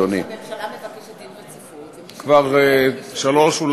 כבר שלוש שנים,